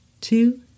two